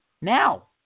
Now